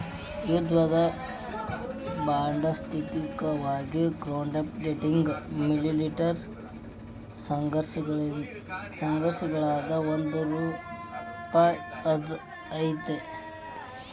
ಯುದ್ಧದ ಬಾಂಡ್ಸೈದ್ಧಾಂತಿಕವಾಗಿ crowdfunding military ಸಂಘರ್ಷಗಳದ್ ಒಂದ ರೂಪಾ ಅದ